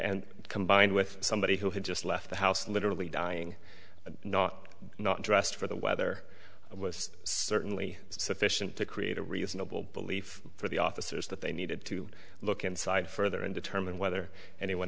was combined with somebody who had just left the house literally dying not not dressed for the weather was certainly sufficient to create a reasonable belief for the officers that they needed to look inside further and determine whether anyone